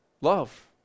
Love